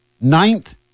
ninth